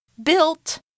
Built